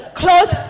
close